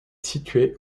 situé